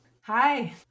Hi